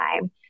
time